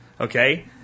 okay